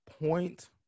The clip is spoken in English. point